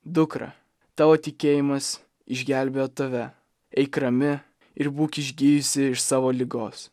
dukra tavo tikėjimas išgelbėjo tave eik rami ir būk išgijusi iš savo ligos